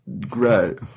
great